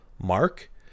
mark